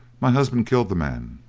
my husband killed the man,